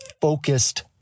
focused